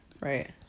Right